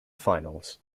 finals